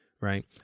right